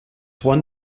won